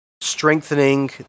strengthening